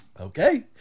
Okay